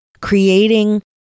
creating